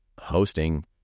hosting